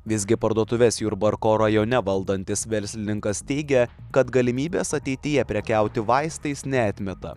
visgi parduotuves jurbarko rajone valdantis verslininkas teigia kad galimybės ateityje prekiauti vaistais neatmeta